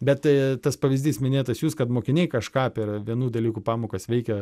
bet e tas pavyzdys minėtas jūs kad mokiniai kažką per vienų dalykų pamokas veikia